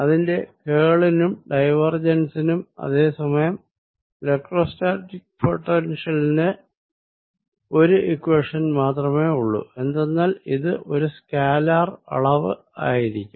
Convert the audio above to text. അതിന്റെ കേളിനും ഡൈവേർജൻസിനും അതെ സമയം ഇലക്ട്രോസ്റ്റാറ്റിക് പൊട്ടെൻഷ്യലിന് ഒരു ഇക്വേഷൻ മാത്രമേയുള്ളു എന്തെന്നാൽ ഇത് ഒരു സ്കാലർ അളവ് ആയിരിക്കും